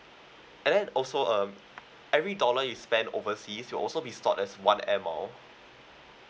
and then also um every dollar you spent overseas will also be stored as one Air Miles